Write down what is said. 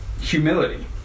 humility